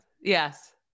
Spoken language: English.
Yes